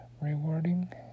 rewarding